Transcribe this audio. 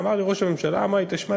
אמר לי ראש הממשלה: תשמע,